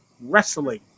wrestling